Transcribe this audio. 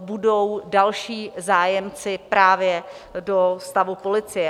budou další zájemci právě do stavu policie.